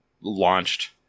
launched